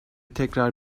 tekrar